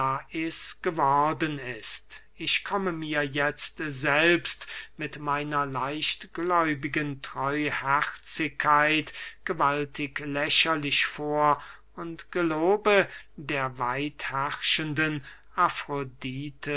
lais geworden ist ich komme mir jetzt selbst mit meiner leichtgläubigen treuherzigkeit gewaltig lächerlich vor und gelobe der weitherrschenden